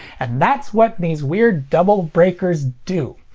and that's what these weird double breakers do.